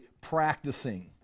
practicing